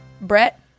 Brett